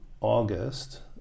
August